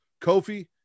Kofi